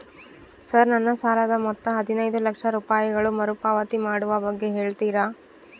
Sir ನನ್ನ ಸಾಲದ ಮೊತ್ತ ಹದಿನೈದು ಲಕ್ಷ ರೂಪಾಯಿಗಳು ಮರುಪಾವತಿ ಮಾಡುವ ಬಗ್ಗೆ ಹೇಳ್ತೇರಾ?